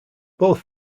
both